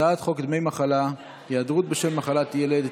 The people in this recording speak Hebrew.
תוצאות ההצבעה האלקטרונית: 26 בעד,